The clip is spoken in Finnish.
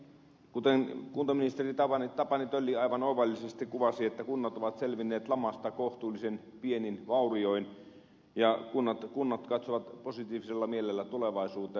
kuten kuntaministeri tapani tölli aivan oivallisesti kuvasi kunnat ovat selvinneet lamasta kohtuullisen pienin vaurioin ja kunnat katsovat positiivisella mielellä tulevaisuuteen